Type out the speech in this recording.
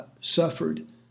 suffered